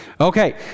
Okay